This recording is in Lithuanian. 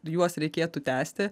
juos reikėtų tęsti